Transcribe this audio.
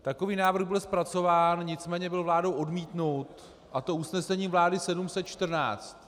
Takový návrh byl zpracován, nicméně byl vládou odmítnut, a to usnesením vlády 714.